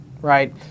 right